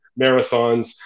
marathons